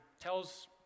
tells